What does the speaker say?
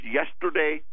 yesterday